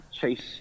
chase